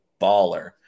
baller